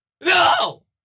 no